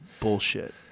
bullshit